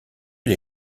les